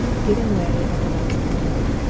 giving way at the last moment.